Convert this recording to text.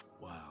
Wow